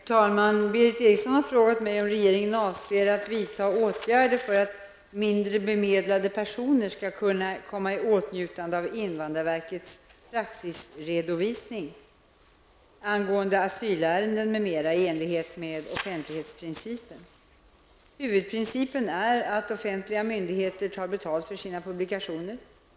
Herr talman! Berith Eriksson har frågat mig om regeringen avser att vidta åtgärder för att mindre bemedlade personer skall kunna komma i åtnjutande av invandrarverkets praxisredovisning Huvudprincipen är att offentliga myndigheter tar betalt för sina publikationer.